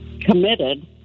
committed